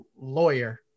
lawyer